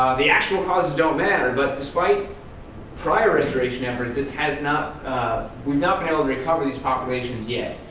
the actual cause don't matter, but despite prior restoration efforts this has not we've not been able to recover these populations yet.